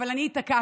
אבל אני התעקשתי,